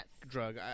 drug